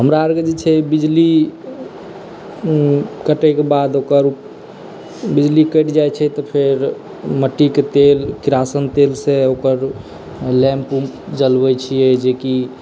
हमरा आरके जे छै बिजली कटैक बाद ओकर बिजली कटि जाइ छै तऽ फेर मट्टीक तेल किरासिन तेलसँ ओकर लैंप जलबै छियै जे की